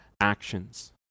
actions